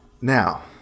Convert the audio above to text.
Now